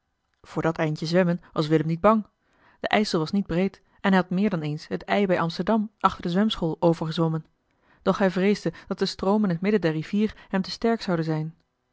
dat eindje zwemmen was willem niet bang de ijsel was niet breed en hij had meer dan eens het ij bij amsterdam achter de zwemschool overgezwommen doch hij vreesde dat de stroom in t midden der rivier hem te sterk zoude zijn